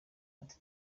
ati